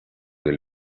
del